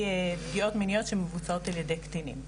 פגיעות מיניות שמבוצעות על ידי קטינים.